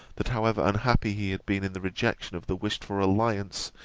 that, however unhappy he had been in the rejection of the wished-for alliance,